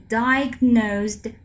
diagnosed